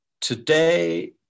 Today